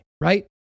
right